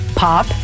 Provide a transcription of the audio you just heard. Pop